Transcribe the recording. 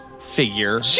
figure